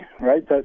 right